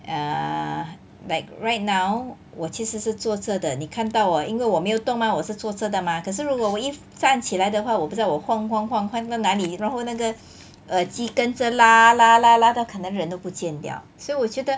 err like right now 我其实是坐着的你看到我因为我没有动 mah 我是坐着的 mah 可是如果我一站起来的话我不知道我晃晃晃到哪里然后那个耳机跟着拉拉拉拉到可能人都不见掉所以我觉得